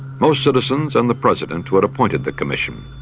most citizens and the president, who had appointed the commission,